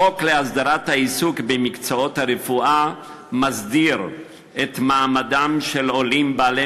החוק להסדרת העיסוק במקצועות הבריאות מסדיר את מעמדם של עולים בעלי